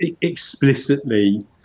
explicitly